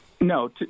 No